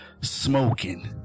smoking